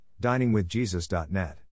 diningwithjesus.net